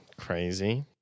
Crazy